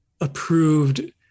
approved